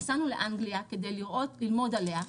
נסענו לאנגליה כדי ללמוד עליה,